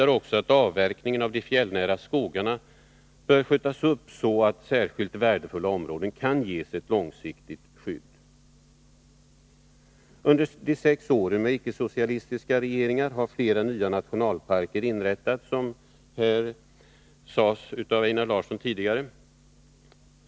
Vi hävdar att avverkningen av de fjällnära skogarna bör skjutas upp, så att särskilt värdefulla områden kan ges ett långsiktigt skydd. Under de sex åren med icke-socialistiska regeringar har, som Einar Larsson sade här tidigare, flera nya nationalparker inrättats.